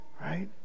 Right